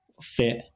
fit